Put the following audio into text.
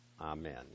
amen